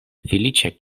feliĉa